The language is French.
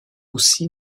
aussi